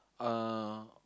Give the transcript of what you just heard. uh